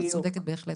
את צודקת בהחלט.